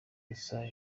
gusa